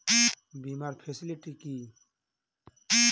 বীমার ফেসিলিটি কি?